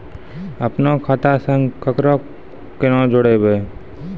अपन खाता संग ककरो कूना जोडवै?